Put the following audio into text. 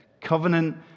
covenant